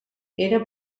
era